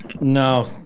No